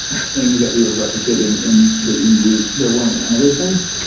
things that we are replicating in the eu, there weren't a ton of those things,